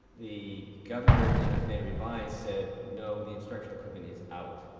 the governor in his new revise said, no, the instructional equipment is out.